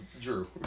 Drew